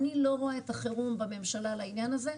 אני לא רואה את החירום בממשלה לעניין הזה,